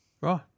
Right